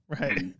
Right